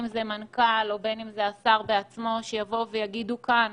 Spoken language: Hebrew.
מנכ"ל או השר עצמו, שיבוא לכאן ויגיד כאן